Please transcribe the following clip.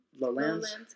Lowlands